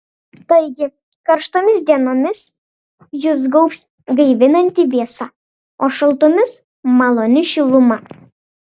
taigi karštomis dienomis jus gaubs gaivinanti vėsa o šaltomis maloni šiluma